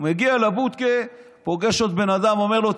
הוא מגיע לבודקה, פוגש עוד בן אדם, אומר לו: